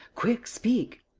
quick, speak.